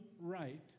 right